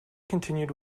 continued